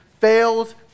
fails